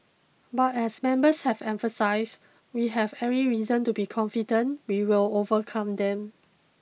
but as members have emphasised we have every reason to be confident we will overcome them